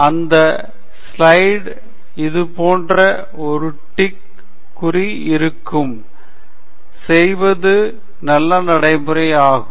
அந்த ஸ்லைடில் இது போன்ற ஒரு டிக் குறி வைத்து செய்வது நல்ல நடைமுறை ஆகும்